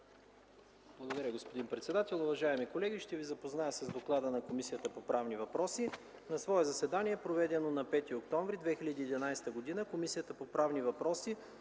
Благодаря, господин председател. Уважаеми колеги, ще ви запозная с доклада на Комисията по правни въпроси. „На свое заседание, проведено на 5 октомври 2011 г., Комисията по правни въпроси